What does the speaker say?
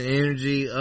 energy